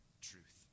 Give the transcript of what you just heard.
truth